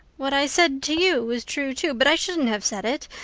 what i said to you was true, too, but i shouldn't have said it.